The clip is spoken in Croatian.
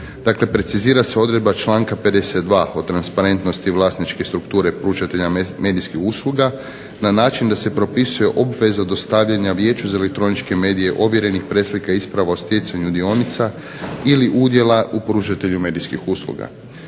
precizira se odredba članka 52. o transparentnosti vlasničke strukture pružatelja medijskih usluga, na način da se propisuje obveza dostavljanja Vijeću za elektroničke medije ovjerenih preslika i isprava o stjecanju dionica ili udjela u pružatelju medijskih usluga.